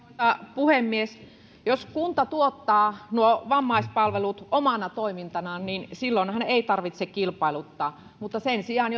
puhemies jos kunta tuottaa nuo vammaispalvelut omana toimintanaan niin silloinhan ei tarvitse kilpailuttaa mutta sen sijaan